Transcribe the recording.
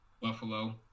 Buffalo